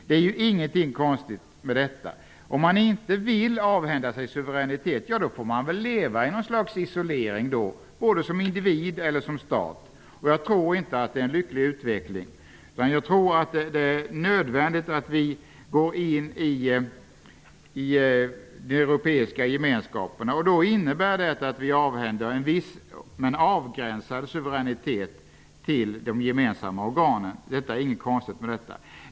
Det är inget konstigt med det. Vill man inte avhända sig suveränitet, får man leva i ett slags isolering, både som individ eller som stat. Jag tror inte att det är en lycklig utveckling. Jag tror att det är nödvändigt att vi går in i de europeiska gemenskaperna. Det innebär att vi avhänder en viss, men avgränsad, suveränitet till de gemensamma organen. Det är inget konstigt med det.